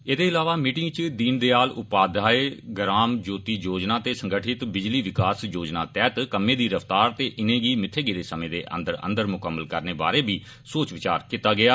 एद इलावा मीटिंगा च दीन दयाल उपाध्याय ग्राम ज्योति योजना ते संगठित बिजली विकास योजना तैहत कम्मे दी रफ्तार ते इनैंगी मित्थे गेदे समे दे अंदर अंदर म्कम्मल करने बारै बी सोच विचार कीता गेया